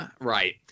Right